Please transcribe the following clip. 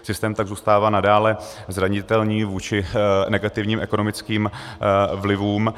Systém tak zůstává nadále zranitelný vůči negativním ekonomickým vlivům.